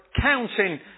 counting